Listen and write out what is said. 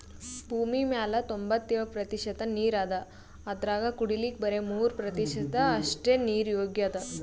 ಭೂಮಿಮ್ಯಾಲ್ ತೊಂಬತ್ತೆಳ್ ಪ್ರತಿಷತ್ ನೀರ್ ಅದಾ ಅದ್ರಾಗ ಕುಡಿಲಿಕ್ಕ್ ಬರಿ ಮೂರ್ ಪ್ರತಿಷತ್ ಅಷ್ಟೆ ನೀರ್ ಯೋಗ್ಯ್ ಅದಾ